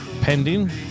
Pending